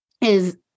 is-